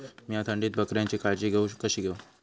मीया थंडीत बकऱ्यांची काळजी कशी घेव?